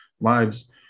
lives